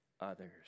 others